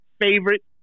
favorite